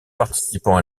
participant